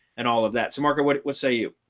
and all of that. so marco, what what say you